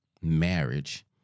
marriage